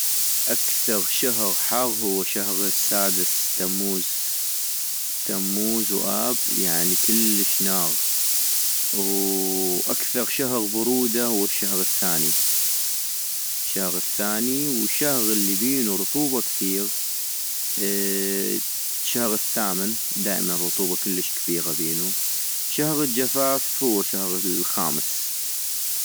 اكثغ شهغ حغ هو شهغ السادس تموز، تموز واب يعني كلش ناغ - وو اكثغ شهغ برودة هو الشهغ الثاني الشهغ الثاني - والشهغ الي بينو رطوبة كثيغ شهغ الثامن ، دائما رطوبة كلش كبيغة بينو - شهغ الجفاف هو شهغ الخامس